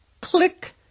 click